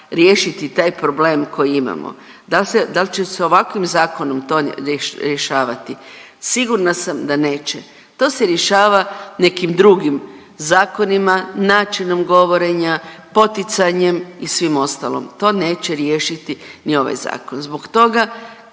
riješiti taj problem koji imamo, dal se, dal će se ovakvim zakonom to rješavati? Sigurna sam da neće, to se rješava nekim drugim zakonima, načinom govorenja, poticanjem i svim ostalom, to neće riješiti ni ovaj zakon. Zbog toga